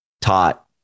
taught